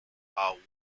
are